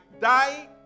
die